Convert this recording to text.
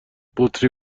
بطری